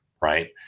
right